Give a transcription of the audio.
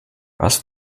was